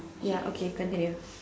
ya okay continue